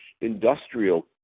industrial